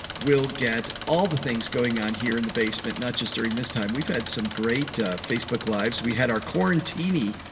we'll get all the things going on here in the basement, not just during this time. we've had some great facebook lives. we had our corn teeny.